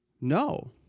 No